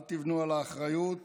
אל תבנו על האחריות